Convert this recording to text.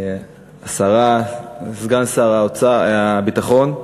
השרה, סגן שר הביטחון,